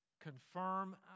confirm